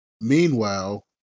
meanwhile